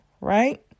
right